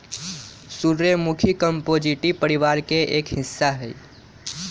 सूर्यमुखी कंपोजीटी परिवार के एक हिस्सा हई